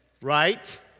Right